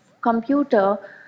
computer